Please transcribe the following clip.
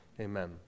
amen